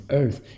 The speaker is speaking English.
earth